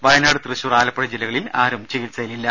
വയനാട് തൃശൂർ ആലപ്പുഴ ജില്ലകളിൽ ആരും ചികിത്സയിലില്ല